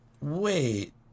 Wait